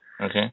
Okay